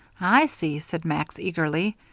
i see, said max, eagerly.